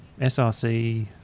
SRC